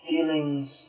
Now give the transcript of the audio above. feelings